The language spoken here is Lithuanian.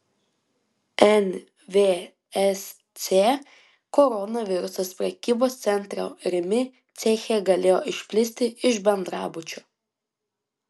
nvsc koronavirusas prekybos centro rimi ceche galėjo išplisti iš bendrabučio